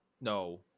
No